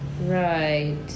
Right